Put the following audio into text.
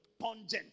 pungent